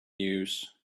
news